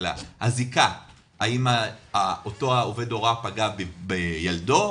אלא הזיקה האם אותו עובד הוראה פגע בילדו,